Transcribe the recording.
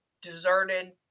deserted